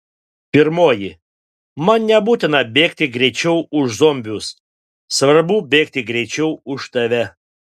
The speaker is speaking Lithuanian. pirmoji man nebūtina bėgti greičiau už zombius svarbu bėgti greičiau už tave